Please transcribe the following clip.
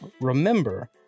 remember